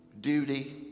duty